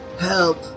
help